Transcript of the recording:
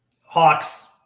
Hawks